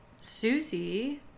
Susie